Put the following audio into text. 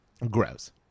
Gross